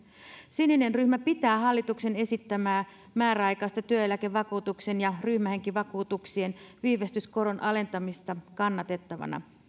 sininen ryhmä pitää hallituksen esittämää määräaikaista työeläkevakuutuksen ja ryhmähenkivakuutuksien viivästyskoron alentamista kannatettavana